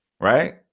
Right